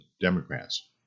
Democrats